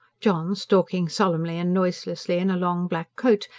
john, stalking solemnly and noiselessly in a long black coat,